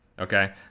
Okay